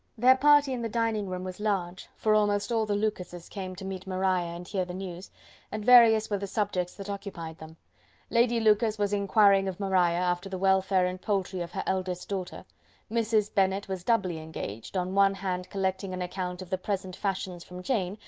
their party in the dining-room was large, for almost all the lucases came to meet maria and hear the news and various were the subjects that occupied them lady lucas was inquiring of maria, after the welfare and poultry of her eldest daughter mrs. bennet was doubly engaged, on one hand collecting an and account of the present fashions from jane,